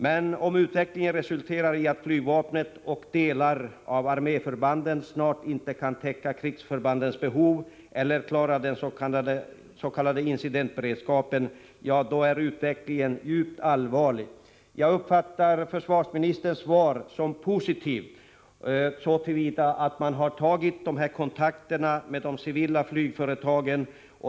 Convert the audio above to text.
Men om utvecklingen resulterar i att flygvapnet och delar av arméförbanden snart inte kan täcka krigsförbandens behov eller klara den s.k. incidentberedskapenär utvecklingen djupt allvarlig. Jag uppfattar försvarsministerns svar som positivt så till vida att man har tagit kontakt med de civila flygföretagen.